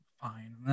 Fine